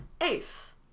Ace